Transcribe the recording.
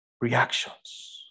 reactions